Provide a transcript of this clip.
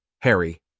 Harry